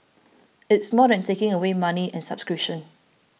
it's more than taking away money and subscriptions